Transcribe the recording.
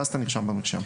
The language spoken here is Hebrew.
ואז אתה נרשם במרשם.